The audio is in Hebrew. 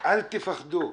אל תפחדו,